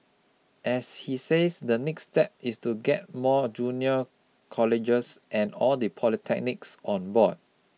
as he says the next step is to get more junior colleges and all the polytechnics on board